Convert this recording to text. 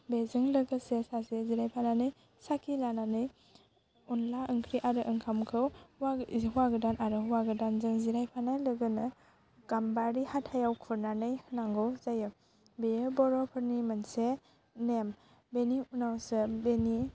बेजों लोगोसे सासे जिरायफानानै साखि लानानै अनला ओंख्रि आरो ओंखामखौ हौवा गोदान आरो हौवा गोदानजों जिरायफानाय लोगोनो गाम्बारि हाथायाव खुरनानै होनांगौ जायो बेयो बर'फोरनि मोनसे नेम बेनि उनावसो बेनि